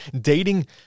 dating